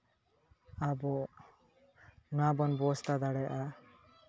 ᱟᱵᱚ ᱱᱚᱣᱟ ᱵᱚᱱ ᱵᱮᱵᱚᱥᱛᱷᱟ ᱫᱟᱲᱮᱭᱟᱜᱼᱟ